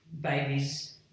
babies